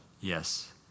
Yes